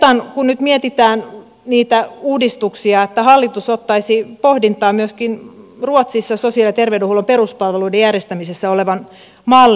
ehdotan kun nyt mietitään niitä uudistuksia että hallitus ottaisi pohdintaan myöskin ruotsissa sosiaali ja terveydenhuollon peruspalveluiden järjestämisessä olevan mallin